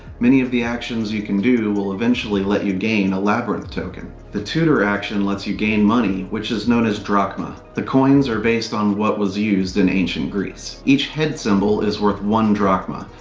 many of the actions you can do will eventually let you gain a labyrinth token. the tutor action lets you gain money, which is known as drachma. the coins are based on what was used in ancient greece. each head symbol is worth one drachma.